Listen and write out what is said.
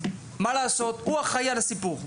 הוא האחראי על הסיפור.